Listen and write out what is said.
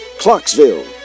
Clarksville